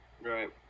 Right